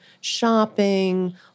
shopping